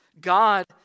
God